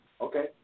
Okay